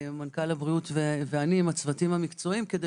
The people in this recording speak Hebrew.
מנכ"ל משרד הבריאות ואני עם הצוותים המקצועיים כדי